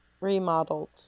remodeled